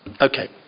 Okay